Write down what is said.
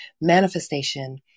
manifestation